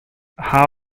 how